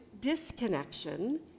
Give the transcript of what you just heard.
disconnection